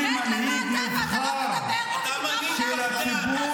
אלא בהיותי מנהיג נבחר על ידי הציבור